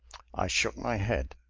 i shook my head.